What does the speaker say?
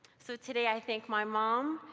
so today i thank my mom,